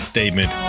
statement